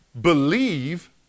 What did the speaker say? believe